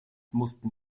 mussten